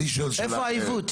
איפה העיוות?